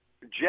Jeff